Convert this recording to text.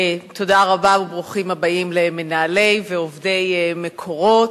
תודה רבה וברוכים הבאים למנהלי ועובדי "מקורות".